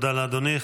תודה לאדוני.